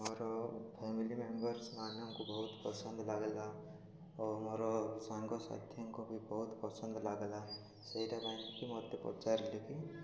ମୋର family members ମାନଙ୍କୁ ବହୁତ ପସନ୍ଦ ଲାଗିଲା ଓ ମୋର ସାଙ୍ଗସାଥିଙ୍କୁ ବି ବହୁତ ପସନ୍ଦ ଲାଗିଲା ସେଇଟା ପାଇଁକି ମୋତେ ପଚାରିଲେ କି